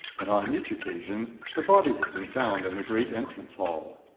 and on each occasion the body had been found in the great entrance hall.